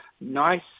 nice